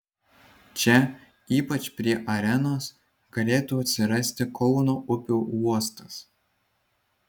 čia ypač prie arenos galėtų atsirasti kauno upių uostas